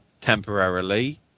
temporarily